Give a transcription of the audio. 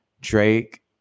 Drake